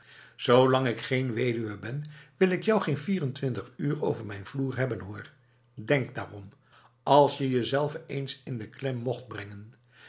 zolang ik geen weduwe ben wil ik jou geen vierentwintig uur over mijn vloer hebben hoor denk daarom als je jezelve eens in de klem mocht brengen